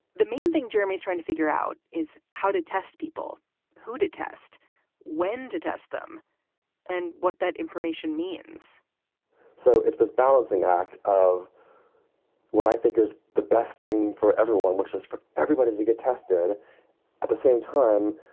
the main thing jeremy is trying to figure out is how to test people who did test when to test them and what that information means so it's this balancing act of what i think is the best thing for everyone, which is for everybody to get tested at the same time,